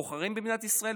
בוחרים במדינת ישראל,